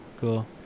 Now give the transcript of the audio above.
cool